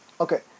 Okay